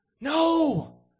No